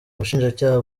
ubushinjacyaha